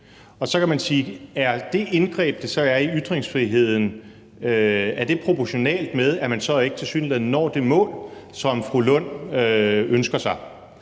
Så kan man spørge: Er det indgreb, det så er i ytringsfriheden, proportionalt med, at man så tilsyneladende ikke når det mål, som fru Rosa Lund ønsker sig?